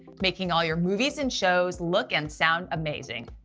making all your movies and shows look and sound amazing.